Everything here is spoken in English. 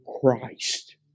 Christ